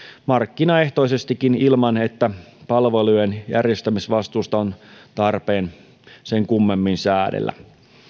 markkinaehtoisestikin ilman että palvelujen järjestämisvastuusta on tarpeen sen kummemmin säädellä